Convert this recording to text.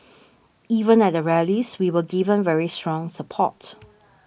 even at the rallies we were given very strong support